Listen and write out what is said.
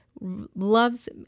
loves